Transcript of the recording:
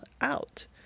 out